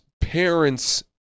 parents